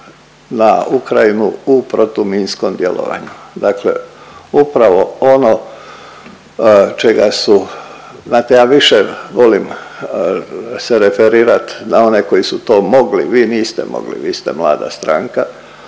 na Ukrajinu u protuminskom djelovanju, dakle upravo ono čega su, znate ja više volim se referirat na one koji su to mogli, vi niste mogli, vi ste mlada stranka,